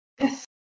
Yes